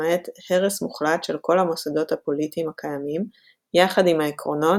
למעט הרס מוחלט של כל המוסדות הפוליטיים הקיימים - יחד עם העקרונות,